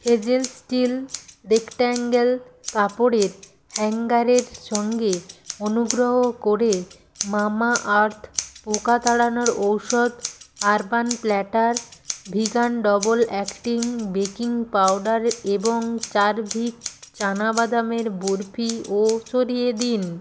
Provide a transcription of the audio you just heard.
hazel steel rectangle কাপড়ের হ্যাঙ্গারের সঙ্গে অনুগ্রহ করে মামাআর্থ পোকা তাড়ানোর ঔষধ urban platter vegan double acting baking powder এবং চারভিক চানা বাদামের বরফিও সরিয়ে দিন